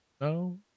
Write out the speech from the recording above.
No